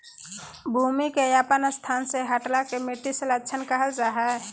भूमि के अपन स्थान से हटला के मिट्टी क्षरण कहल जा हइ